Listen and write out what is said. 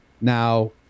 Now